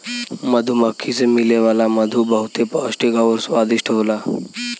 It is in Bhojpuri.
मधुमक्खी से मिले वाला मधु बहुते पौष्टिक आउर स्वादिष्ट होला